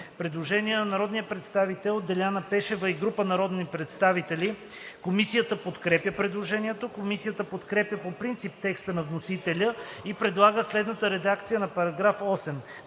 Предложение на народния представител Деляна Пешева и група народни представители. Комисията подкрепя предложението Комисията подкрепя по принцип текста на вносителя и предлага следната редакция на § 1: